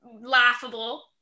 laughable